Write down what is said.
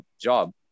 job